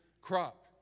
crop